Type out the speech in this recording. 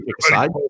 side